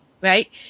right